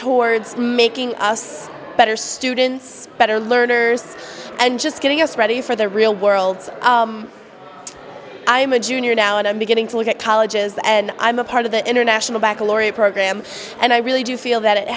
towards making us better students better learners and just getting us ready for the real world i'm a junior now and i'm beginning to look at colleges and i'm a part of the international baccalaureate program and i really do feel that it